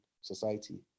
society